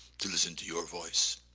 to listen to your voice,